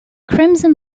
crimson